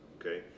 okay